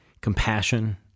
compassion